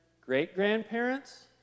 great-grandparents